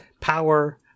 power